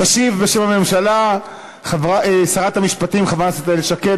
תשיב בשם הממשלה שרת המשפטים חברת הכנסת איילת שקד.